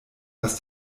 dass